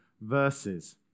verses